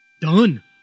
Done